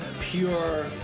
pure